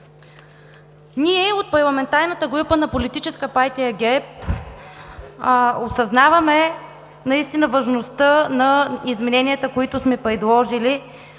Ние от парламентарната група на Политическа партия ГЕРБ осъзнаваме важността на измененията, които сме предложили,